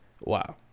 wow